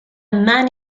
man